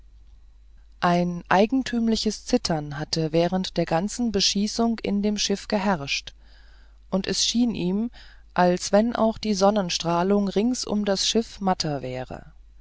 ein eigentümliches zittern hatte während der ganzen beschießung in dem schiff geherrscht und es schien ihm als wenn auch die sonnenstrahlung rings um das schiff matter wäre